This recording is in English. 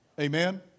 amen